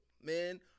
man